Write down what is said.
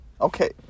Okay